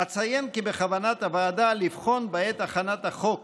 אציין כי בכוונת הוועדה לבחון בעת הכנת החוק